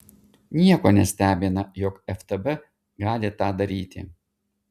nieko nestebina jog ftb gali tą daryti